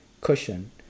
cushion